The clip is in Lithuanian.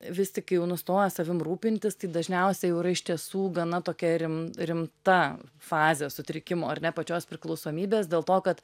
vis tik kai jau nustoja savim rūpintis tai dažniausiai jau yra iš tiesų gana tokia rim rimta fazė sutrikimo ar ne pačios priklausomybės dėl to kad